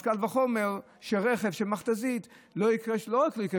אז קל וחומר שרכב של מכת"זית לא רק שלא יקרה